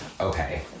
Okay